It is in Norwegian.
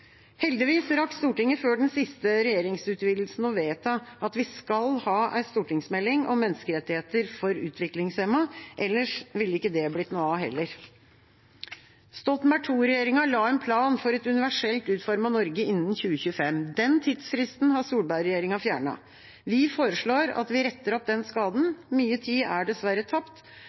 Heldigvis rakk Stortinget før den siste regjeringsutvidelsen å vedta at vi skal ha en stortingsmelding om menneskerettigheter for utviklingshemmede. Ellers ville ikke det blitt noe av heller. Stoltenberg II-regjeringa la en plan for et universelt utformet Norge innen 2025. Den tidsfristen har Solberg-regjeringa fjernet. Vi foreslår at vi retter opp den skaden. Mye tid er dessverre tapt.